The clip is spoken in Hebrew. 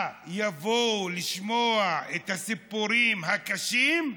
מה, יבואו לשמוע את הסיפורים הקשים?